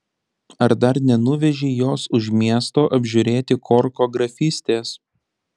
ar dar nenuvežei jos už miesto apžiūrėti korko grafystės